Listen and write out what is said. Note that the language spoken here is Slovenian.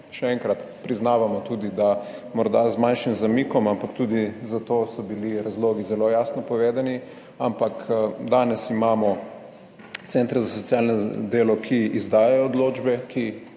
Še enkrat, priznavamo tudi, da morda z manjšim zamikom, ampak tudi za to so bili razlogi zelo jasno povedani. Ampak danes imamo centre za socialno delo, ki izdajajo odločbe,